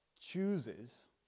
chooses